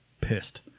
pissed